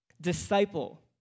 Disciple